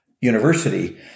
University